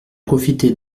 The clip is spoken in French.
profiter